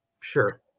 Sure